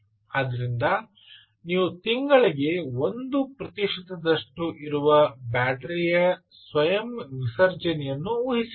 ಆದ್ದರಿಂದ ನೀವು ತಿಂಗಳಿಗೆ 1 ಪ್ರತಿಶತದಷ್ಟು ಇರುವ ಬ್ಯಾಟರಿಯ ಸ್ವಯಂ ವಿಸರ್ಜನೆಯನ್ನು ಊಹಿಸಿಕೊಳ್ಳಿ